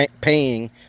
paying